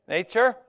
Nature